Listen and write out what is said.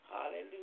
Hallelujah